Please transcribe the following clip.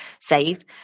save